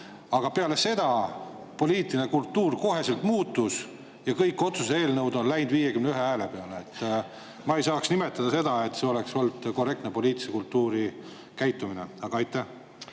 Aga peale seda poliitiline kultuur koheselt muutus, kõik otsuse eelnõud on läinud 51 hääle peale. Ma ei saa nimetada, et see on olnud korrektne poliitilise kultuuri kohane käitumine. Aitäh!